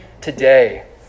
today